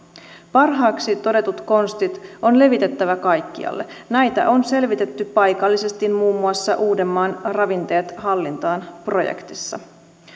parhaaksi todetut konstit on levitettävä kaikkialle näitä on selvitetty paikallisesti muun muassa uudenmaan ravinteet hallintaan projektissa